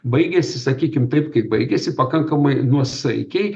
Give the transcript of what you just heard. baigėsi sakykim taip kaip baigėsi pakankamai nuosaikiai